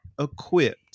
equipped